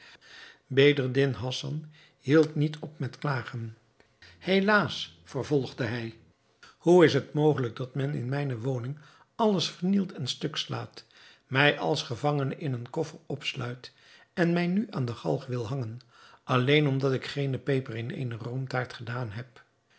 bedreddin hassan hield niet op met klagen helaas vervolgde hij hoe is het mogelijk dat men in mijne woning alles vernielt en stuk slaat mij als gevangene in een koffer opsluit en mij nu aan de galg wil hangen alleen omdat ik geene peper in eene roomtaart gedaan heb